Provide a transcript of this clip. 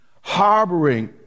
Harboring